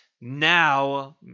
Now